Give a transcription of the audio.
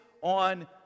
on